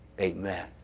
Amen